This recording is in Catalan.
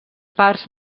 parts